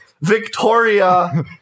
Victoria